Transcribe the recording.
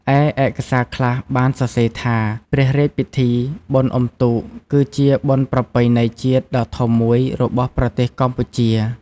ឯ ឯកសារខ្លះបានសរសេរថា ព្រះរាជពិធីបុណ្យអ៊ំុទូក គឺជាបុណ្យប្រពៃណីជាតិដ៏ធំមួយរបស់ប្រទេសកម្ពុជា។